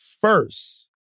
first